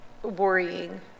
worrying